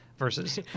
Versus